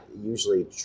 usually